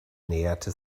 näherte